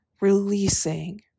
releasing